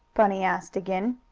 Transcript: bunny asked again.